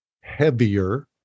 heavier